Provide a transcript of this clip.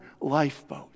lifeboat